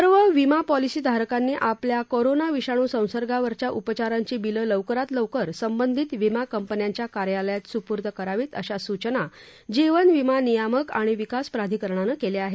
सर्व विमा पॉलिसी धारकांनी आपल्या कोरोना विषाणू संसर्गावरच्या उपचारांची बिलं लवकरात लवकर संबंधित विमा कंपन्यांच्या कार्यालयात सुपूर्द करावीत अशा सूचना जीवन विमा नियामक आणि विकास प्राधिकरणानं केल्या आहेत